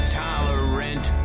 tolerant